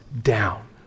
down